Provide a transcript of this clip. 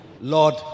Lord